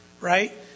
right